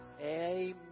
Amen